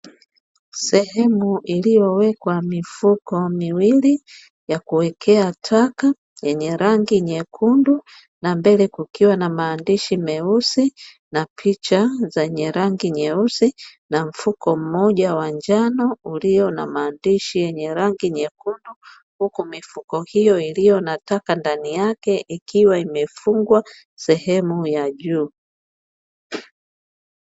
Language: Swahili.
Sehemu iliyowekwa mifuko miwili ya kuwekea taka yenye rangi nyekundu na mbele kukiwa na maandishi meusi na picha zenye rangi nyeusi, na mfuko mmoja wa njano ulio na maandishi yenye rangi nyekundu huku mifuko hiyo iliyo na taka ndani yake ikiwa imefungwa sehemu ya juu.